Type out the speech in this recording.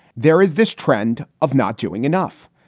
there is this trend of not doing enough.